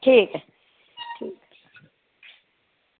ठीक ऐ